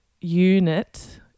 UNIT